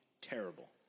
terrible